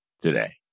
today